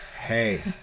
hey